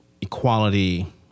equality